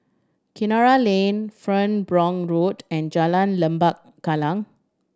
Kinara Lane Farnborough Road and Jalan Lembah Kallang